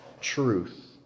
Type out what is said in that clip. truth